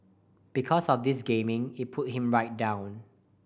because of this gaming it pulled him right down